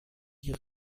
die